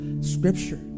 scripture